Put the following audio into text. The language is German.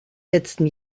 letzten